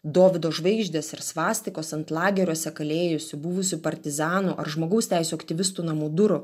dovydo žvaigždės ir svastikos ant lageriuose kalėjusių buvusių partizanų ar žmogaus teisių aktyvistų namų durų